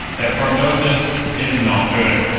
the prognosis is not good.